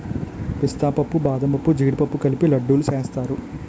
పిస్తా పప్పు బాదంపప్పు జీడిపప్పు కలిపి లడ్డూలు సేస్తారు